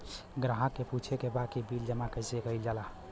ग्राहक के पूछे के बा की बिल जमा कैसे कईल जाला?